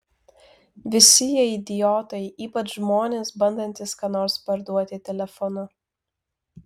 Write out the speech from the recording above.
visi jie idiotai ypač žmonės bandantys ką nors parduoti telefonu